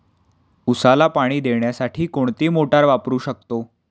उसाला पाणी देण्यासाठी कोणती मोटार वापरू शकतो?